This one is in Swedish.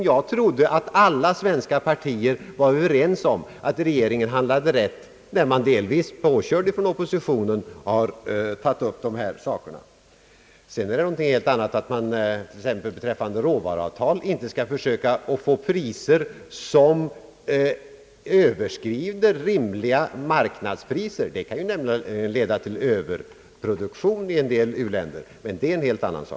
Jag trodde att alla svenska partier var överens om att regeringen handlade rätt när den, delvis pådriven av oppositionen, tog upp dessa saker. Sedan är det något helt annat att man t.ex. beträffande råvaruavtal inte skall försöka få priser som överstiger rimliga marknadspriser, ty det kan leda till överproduktion i en del u-länder.